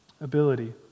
ability